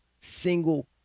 single